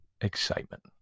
excitement